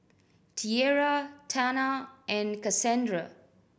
Tiera Tana and Kasandra